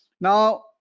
now